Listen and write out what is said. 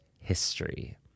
history